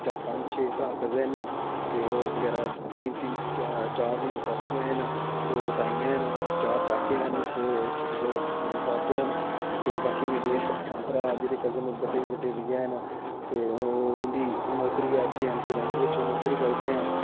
पंज छे भ्राऽ कज़िन न ते होर बगैरा तिन्न चार मेरी चाचियां हैन दो ताइयां हैन चार चाचे हैन दो दो तातो हैन ते बाकी मेरे भ्राऽ जेह्ड़े कज़िन बड्डे बड्डे बी हैन ते उं'दी नौकरी ऐ जे एंड के बैंक बिच ओह् नौकरी करदे ऐं